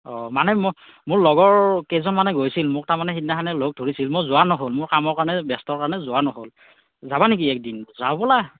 অ মানে মোৰ মোৰ লগৰ কেইজনমানে গৈছিল মোক তাৰমানে সেইদিনাখনে লগ ধৰিছিল মই যোৱা নহ'ল মোৰ কামৰ কাৰণে ব্যস্ত কাৰণে যোৱা নহ'ল যাবা নেকি এদিন যাওঁ ব'লা